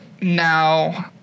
now